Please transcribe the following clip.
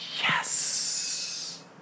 Yes